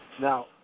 Now